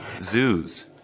zoos